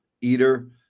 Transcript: eater